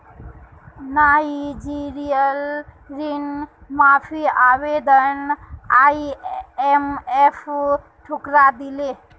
नाइजीरियार ऋण माफी आवेदन आईएमएफ ठुकरइ दिले